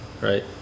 right